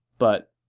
but,